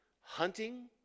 hunting